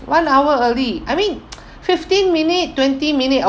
one hour early I mean fifteen minute twenty minute